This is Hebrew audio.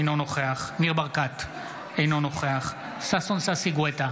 אינו נוכח ניר ברקת, אינו נוכח ששון ששי גואטה,